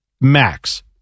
max